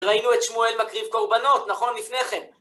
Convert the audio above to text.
ראינו את שמואל מקריב קורבנות, נכון? לפני כן.